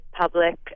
public